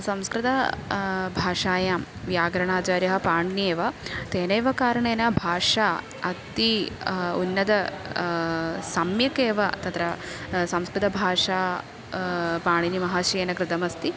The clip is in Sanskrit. संस्कृत भाषायां व्याकरणाचार्यः पाणिनिः एव तेनैव कारणेन भाषा अति उन्नतं सम्यक् एव तत्र संस्कृतभाषा पाणिनिमहाशयेन कृतमस्ति